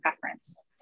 preference